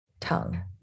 tongue